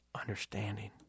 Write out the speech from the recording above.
understanding